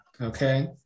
Okay